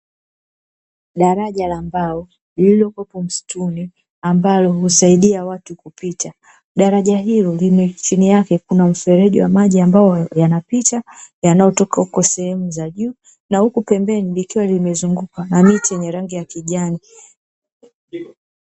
Daraja la mbao, lililopo msituni ambalo husaidia watu kupita, daraja hilo chini yake kuna mfereji wa maji ambayo yanapita, yanayotoka huko sehemu za juu, na huku pembeni likiwa limezungukwa na miti yenye rangi ya kijani.